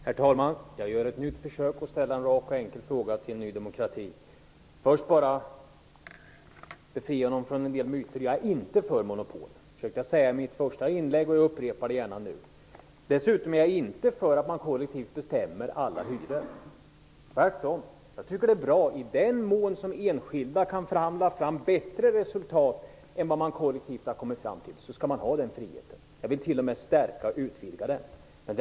Herr talman! Jag gör ett nytt försök att ställa en rak och enkel fråga till Ny demokrati. Först vill jag bara befria Dan Eriksson i Stockholm från en del myter. Jag är inte för monopol. Det försökte jag säga i mitt första inlägg och jag upprepar det gärna nu. Dessutom är jag inte för att man kollektivt bestämmer alla hyror, tvärtom. Jag tycker att i den mån som enskilda kan förhandla fram bättre resultat än vad man kollektivt har kommit fram till, skall de ha den friheten. Jag vill stärka och utvidga den.